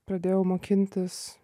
pradėjau mokintis